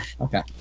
Okay